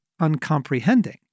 uncomprehending